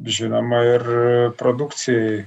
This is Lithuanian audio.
žinoma ir produkcijai